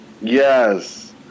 Yes